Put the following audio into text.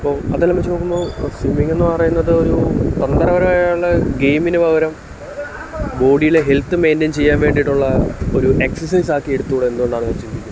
അപ്പോൾ അതെല്ലാം വെച്ചു നോക്കുമ്പോൾ സ്വിമ്മിങ്ങെന്നു പറയുന്നത് ഒരു തന്ത്രപരമായുള്ള ഗെയിമിന് പകരം ബോഡിയിലെ ഹെൽത്ത് മെയിൻ്റെയിൻ ചെയ്യാൻ വേണ്ടിട്ടുള്ള ഒരു എക്സർസൈസാക്കി എടുത്തു കൂടെ എന്തു കൊണ്ടാണ് ഞാൻ ചിന്തിക്കുന്നത്